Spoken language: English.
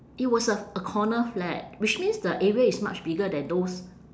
it was a a corner flat which means the area is much bigger than those